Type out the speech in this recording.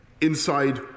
inside